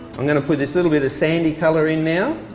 i'm going to put this little bit of sandy color in now.